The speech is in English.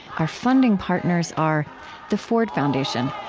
our funding partners are the ford foundation,